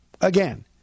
again